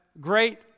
great